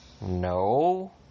no